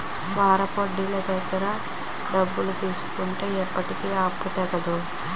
వారాపొడ్డీలోళ్ళ దగ్గర డబ్బులు తీసుకుంటే ఎప్పటికీ ఆ అప్పు తెగదు